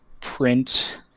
print